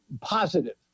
positive